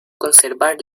conservar